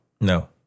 No